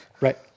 Right